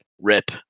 rip